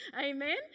amen